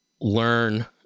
learn